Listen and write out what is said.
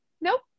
Nope